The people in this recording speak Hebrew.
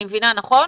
אני מבינה נכון?